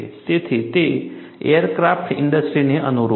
તેથી તે એરક્રાફ્ટ ઇન્ડસ્ટ્રીને અનુરૂપ છે